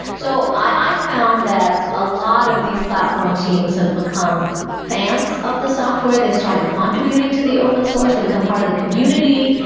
so i found that a lot of these platform teams have become fans of the software they've started contributing to the open source. they've become part of the community.